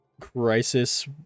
Crisis